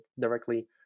directly